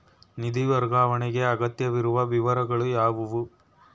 ನಿಧಿ ವರ್ಗಾವಣೆಗೆ ಅಗತ್ಯವಿರುವ ವಿವರಗಳು ಯಾವುವು?